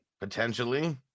Potentially